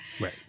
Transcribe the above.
Right